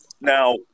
Now